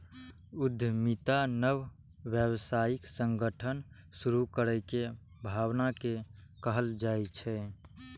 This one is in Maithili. उद्यमिता नव व्यावसायिक संगठन शुरू करै के भावना कें कहल जाइ छै